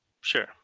Sure